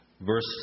verse